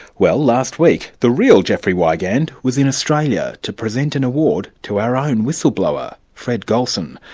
well last week, the real jeffrey wigand was in australia to present an award to our own whistleblower, fred gulson,